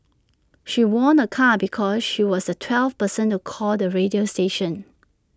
she won A car because she was the twelfth person to call the radio station